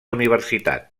universitat